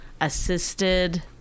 assisted